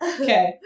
Okay